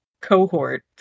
cohort